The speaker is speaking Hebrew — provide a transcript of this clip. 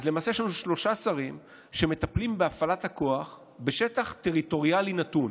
אז למעשה יש לנו שלושה שרים שמטפלים בהפעלת הכוח בשטח טריטוריאלי נתון,